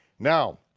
now,